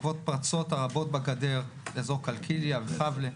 בעקבות פרצות רבות בגדר באזור קלקיליה וחבלה,